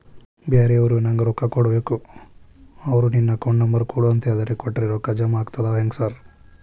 ಬ್ಯಾರೆವರು ನಂಗ್ ರೊಕ್ಕಾ ಕೊಡ್ಬೇಕು ಅವ್ರು ನಿನ್ ಅಕೌಂಟ್ ನಂಬರ್ ಕೊಡು ಅಂತಿದ್ದಾರ ಕೊಟ್ರೆ ರೊಕ್ಕ ಜಮಾ ಆಗ್ತದಾ ಹೆಂಗ್ ಸಾರ್?